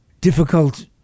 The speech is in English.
Difficult